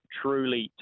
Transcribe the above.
truly